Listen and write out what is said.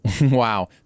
Wow